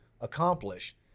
accomplish